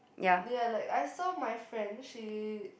ya like I saw my friend she